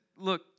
Look